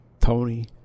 Tony